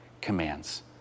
commands